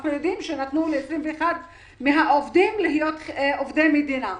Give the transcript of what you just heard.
אנחנו יודעים שנתנו ל-21 מהעובדים להיות עובדי מדינה.